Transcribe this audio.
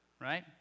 right